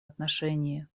отношении